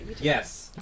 Yes